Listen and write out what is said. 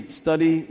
study